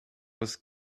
was